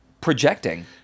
projecting